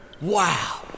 Wow